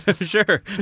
sure